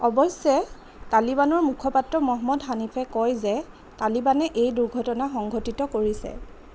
অৱশ্যে তালিবানৰ মুখপাত্ৰ মহম্মদ হানিফে কয় যে তালিবানে এই দুৰ্ঘটনা সংঘটিত কৰিছে